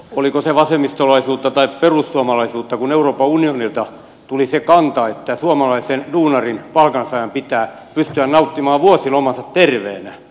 oliko se vasemmistolaisuutta tai perussuomalaisuutta kun euroopan unionilta tuli se kanta että suomalaisen duunarin palkansaajan pitää pystyä nauttimaan vuosilomansa terveenä